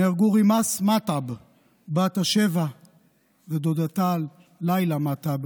נהרגו רימאס מתעב בת ה-7 ודודתה לילה מתעב,